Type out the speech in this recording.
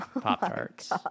Pop-Tarts